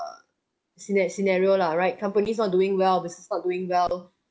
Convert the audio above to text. scena~ scenario lah right companies not doing well business not doing well